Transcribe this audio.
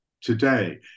today